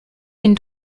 den